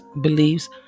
beliefs